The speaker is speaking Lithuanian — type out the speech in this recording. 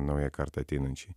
naujai kartai ateinančiai